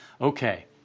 Okay